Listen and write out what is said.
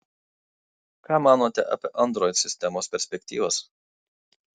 ką manote apie android sistemos perspektyvas